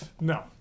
No